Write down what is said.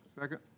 Second